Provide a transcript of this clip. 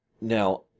Now